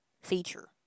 feature